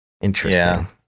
Interesting